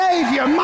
Savior